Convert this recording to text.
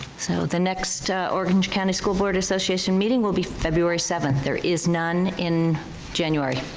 so the next orange county school board association meeting will be february seventh, there is none in january.